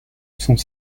sont